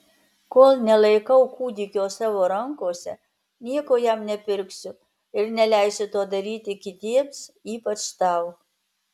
kol nelaikau kūdikio savo rankose nieko jam nepirksiu ir neleisiu to daryti kitiems ypač tau